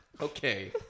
Okay